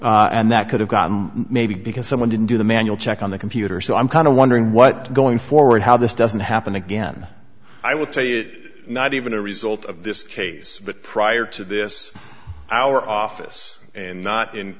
and that could have gotten maybe because someone didn't do the manual check on the computer so i'm kind of wondering what going forward how this doesn't happen again i will tell you not even a result of this case but prior to this our office and not in